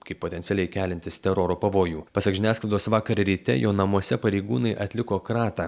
kaip potencialiai keliantis teroro pavojų pasak žiniasklaidos vakar ryte jo namuose pareigūnai atliko kratą